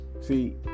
See